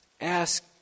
Ask